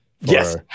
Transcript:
Yes